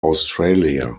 australia